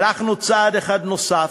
הלכנו צעד אחד נוסף,